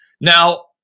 now